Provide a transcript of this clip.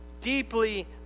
deeply